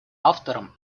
авторам